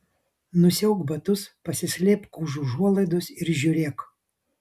nusiauk batus pasislėpk už užuolaidos ir žiūrėk